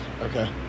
Okay